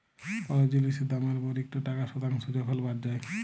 call জিলিসের দামের উপর ইকট টাকা শতাংস যখল বাদ যায়